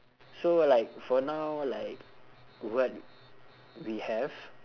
so like for now like what we have